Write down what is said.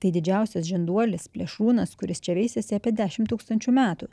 tai didžiausias žinduolis plėšrūnas kuris čia veisiasi apie dešim tūkstančių metų